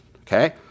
okay